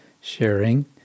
sharing